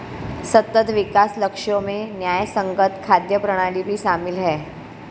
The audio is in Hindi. सतत विकास लक्ष्यों में न्यायसंगत खाद्य प्रणाली भी शामिल है